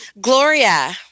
gloria